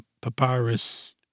papyrus